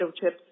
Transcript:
chips